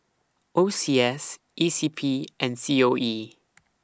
O C S E C P and C O E